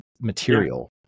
material